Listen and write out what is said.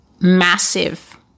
massive